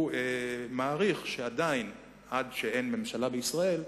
הוא מעריך שכל עוד אין ממשלה בישראל,